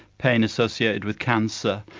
pain associated with cancer,